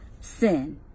sin